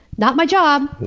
not my job!